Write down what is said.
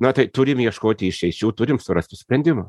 na tai turim ieškoti išeičių turim surasti sprendimą